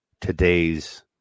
today's